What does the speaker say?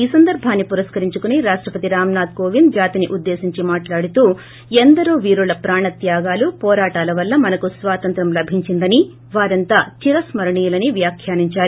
ఈ సందర్బాన్ని పురస్కరించుకొని ర్భాష్టపతి రామ్ నాధ్ కోవింద్ జాతిని ఉద్దేశించి మాట్లాడుతూ ఎందరో వీరుల పాణ త్యాగాలు పోరాటల వల్ల మనకు స్వాతంత్యం లభించింద్రని వారంతా చిరస్మరణీయులని వ్యఖ్యానించారు